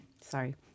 Sorry